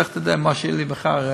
לך תדע מה יהיה לי מחר,